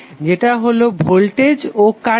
যেটা হলো ভোল্টেজ ও কারেন্ট